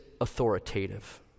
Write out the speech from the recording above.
authoritative